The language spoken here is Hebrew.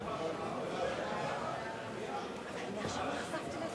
לפיכך אני קובע שהצעת חוק נכי רדיפות